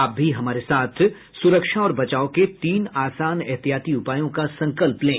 आप भी हमारे साथ सुरक्षा और बचाव के तीन आसान एहतियाती उपायों का संकल्प लें